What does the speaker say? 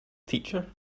teacher